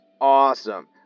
awesome